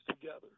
together